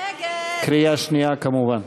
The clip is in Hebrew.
קריאה שנייה, כמובן.